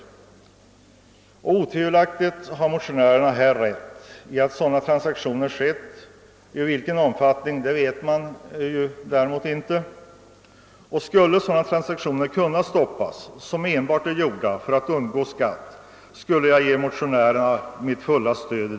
Motionärerna har otvivelaktigt rätt i att sådana transaktioner som motionen avser skett — i vilken omfattning vet man däremot inte. Skulle sådana transaktioner som äger rum enbart för att man skall undgå skatt kunna stoppas, så skul le jag ge motionärerna mitt fulla stöd.